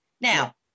Now